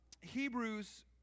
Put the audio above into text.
Hebrews